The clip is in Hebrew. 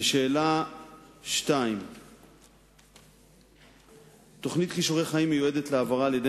2. תוכנית "כישורי חיים" מיועדת להעברה על-ידי